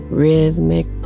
rhythmic